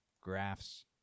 graphs